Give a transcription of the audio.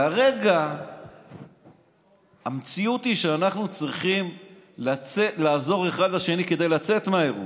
כרגע המציאות היא שאנחנו צריכים לעזור אחד לשני כדי לצאת מהאירוע.